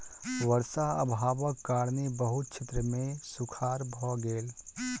वर्षा अभावक कारणेँ बहुत क्षेत्र मे सूखाड़ भ गेल